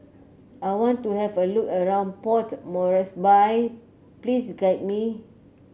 I want to have a look around Port Moresby please guide me